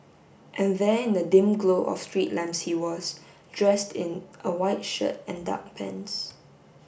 and there in the dim glow of street lamps he was dressed in a white shirt and dark pants